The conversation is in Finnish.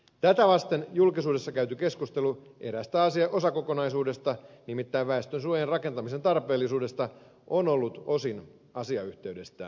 tätä vasten julkisuudessa käyty keskustelu eräästä osakokonaisuudesta nimittäin väestönsuojan rakentamisen tarpeellisuudesta on ollut osin asiayhteydestään irrallista